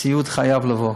סיעוד חייב לבוא.